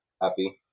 Happy